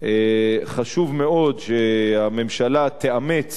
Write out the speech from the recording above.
חשוב מאוד שהממשלה תאמץ